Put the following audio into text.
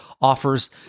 offers